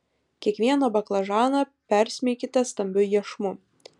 kiekvieną baklažaną persmeikite stambiu iešmu